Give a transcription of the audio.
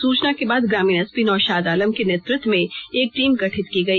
सूचना के बाद ग्रामीण एसपी नौशाद आलम के नेतृत्व में एक टीम गठित की गई